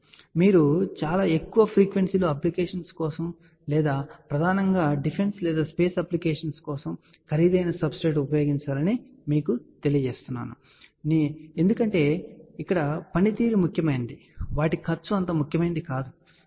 కాబట్టి మీరు చాలా ఎక్కువ ఫ్రీక్వెన్సీ లోని అప్లికేషన్స్ కోసం లేదా ప్రధానంగా డిఫెన్స్ లేదా స్పేస్ అప్లికేషన్స్ కోసం ఖరీదైన సబ్స్ట్రెట్ ఉపయోగించాలని మీకు తెలియజేయాలని నేను కోరుకుంటున్నాను ఎందుకంటే పనితీరు ముఖ్యమైనది కాబట్టి వాటి ఖర్చు అంత ముఖ్యమైనది కాదు సరే